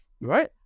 right